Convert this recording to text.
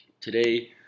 today